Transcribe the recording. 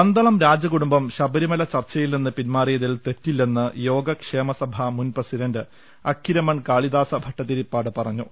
പന്തളം രാജകുടുംബം ശബരിമല ചർച്ചയിൽനിന്ന് പിന്മാറിയതിൽ തെറ്റില്ലെന്ന് യോഗക്ഷേമസഭ മുൻപ്രസിഡന്റ് അക്കിരമൺ കാളിദാസ ഭട്ട തിരിപ്പാട് പറഞ്ഞു